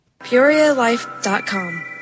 PeoriaLife.com